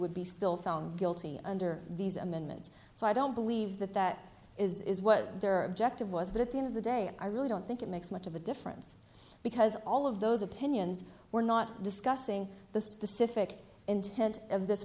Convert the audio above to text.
would be still found guilty under these amendments so i don't believe that that is what their objective was but at the end of the day i really don't think it makes much of a difference because all of those opinions we're not discussing the specific intent of this